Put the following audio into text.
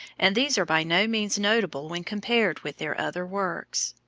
and these are by no means notable when compared with their other works.